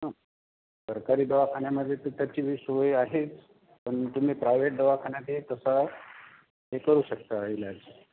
सरकारी दवाखाण्यामध्ये तर त्याचीही सोय आहेच पण तुम्ही प्रायव्हेट दवाखाण्यातही तसं हे करू शकता इलाज